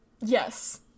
Yes